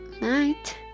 night